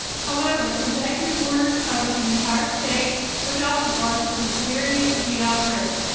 however, executive orders cover the entire state without regard to the severity of the outbreak,